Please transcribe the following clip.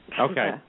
Okay